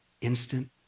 Instant